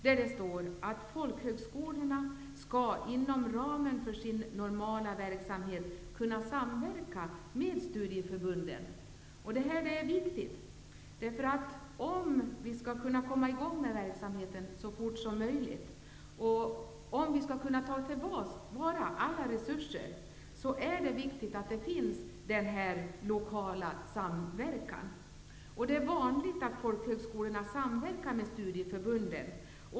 Där står: Folkhögskolorna skall inom ramen för sin normala verksamhet kunna samverka med studieförbunden. Detta är viktigt. Om vi skall kunna komma i gång med verksamheten så fort som möjligt och om vi skall kunna ta tillvara alla resurser, är det viktigt att det finns en lokal samverkan. Det är vanligt att folkhögskolorna samverkar med studieförbunden.